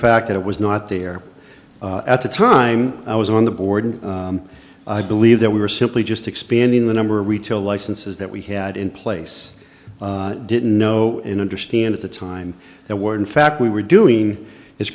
fact that it was not there at the time i was on the board i believe that we were simply just expanding the number of retail licenses that we had in place didn't know and understand at the time that were in fact we were doing is